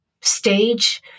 stage